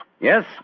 Yes